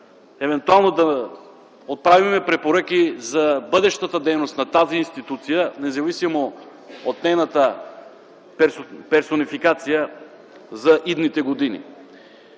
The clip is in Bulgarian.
евентуално да отправим препоръки за бъдещата дейност на тази институция, независимо от нейната персонификация за идните години.